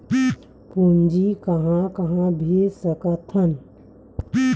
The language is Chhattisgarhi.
पूंजी कहां कहा भेज सकथन?